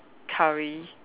curry